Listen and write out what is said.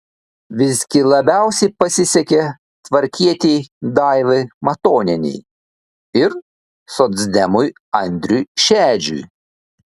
visgi labiausiai pasisekė tvarkietei daivai matonienei ir socdemui andriui šedžiui